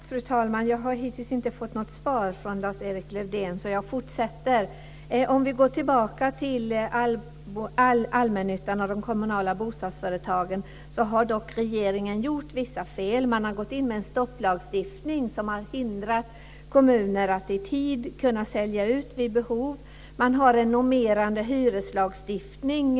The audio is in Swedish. Fru talman! Jag har hittills inte fått något svar från Lars-Erik Lövdén, så jag fortsätter att upprepa min frågor. Om vi går tillbaka till allmännyttan och de kommunal bostadsföretagen har regeringen gjort vissa fel. Man har gått in med en stopplagstiftning som har hindrat kommuner från att i tid kunna sälja ut vid behov. Man har en normerande hyreslagstiftning.